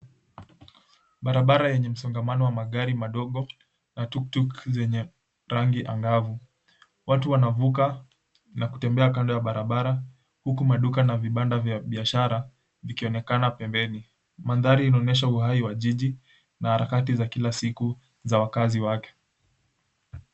Barabara yenye msongamano wa magari madogo na tuktuk zenye rangi angavu. Watu wanavuka na kutembea kando ya barabara, huku maduka na vibanda vya biashara vikionekana pembeni. Mandhari inaonyesha uhai wa jiji, na harakati za kila siku za wakazi wake.